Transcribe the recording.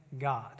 God